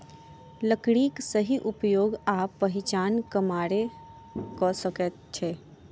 लकड़ीक सही उपयोग आ पहिचान कमारे क सकैत अछि